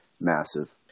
massive